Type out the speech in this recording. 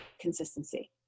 consistency